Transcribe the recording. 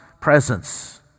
presence